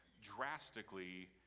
drastically